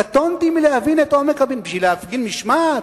קטונתי מלהבין את עומק, בשביל להפגין משמעת?